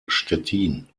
stettin